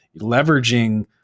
leveraging